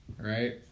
right